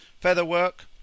feather-work